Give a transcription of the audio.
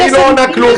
ההיא לא עונה כלום.